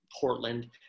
Portland